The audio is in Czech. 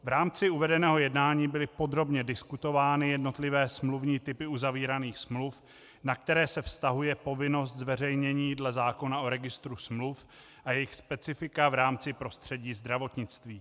V rámci uvedeného jednání byly podrobně diskutovány jednotlivé smluvní typy uzavíraných smluv, na které se vztahuje povinnost zveřejnění dle zákona o registru smluv a jejich specifika v rámci prostředí zdravotnictví.